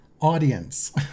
audience